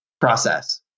process